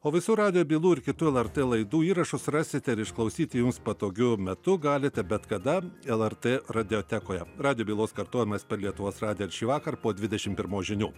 o visų radijo bylų ir kitų lrt laidų įrašus rasite ir išklausyti jums patogiu metu galite bet kada lrt radiotekoje radijo bylos kartojimas per lietuvos radiją šįvakar po dvidešim pirmos žinių